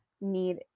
need